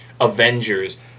Avengers